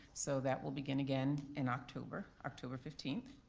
so that will begin again in october, october fifteenth.